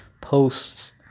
posts